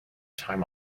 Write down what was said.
time